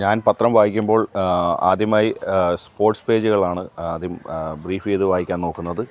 ഞാൻ പത്രം വായിക്കുമ്പോൾ ആദ്യമായി സ്പോർട്സ് പേജുകളാണ് ആദ്യം ബ്രീഫ് ചെയ്ത് വായിക്കാൻ നോക്കുന്നത്